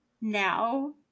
now